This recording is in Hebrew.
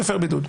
מפר בידוד.